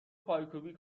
پایکوبی